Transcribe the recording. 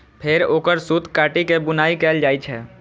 फेर ओकर सूत काटि के बुनाइ कैल जाइ छै